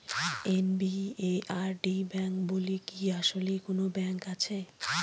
NABARD bank বলে কি আসলেই কোনো ব্যাংক আছে?